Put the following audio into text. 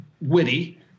witty